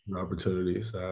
opportunities